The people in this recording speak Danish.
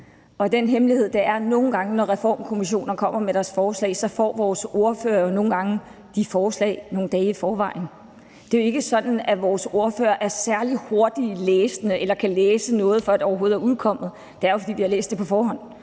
og den hemmelighed er, at nogle gange, når reformkommissioner kommer med deres forslag, får vores ordførere nogle gange de forslag nogle dage i forvejen. Det er jo ikke sådan, at vores ordførere er særlig hurtige læsere eller kan læse noget, før det overhovedet er udkommet. Det er jo, fordi de har læst det på forhånd.